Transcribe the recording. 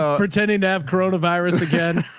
ah pretending to have coronavirus again